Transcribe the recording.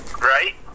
right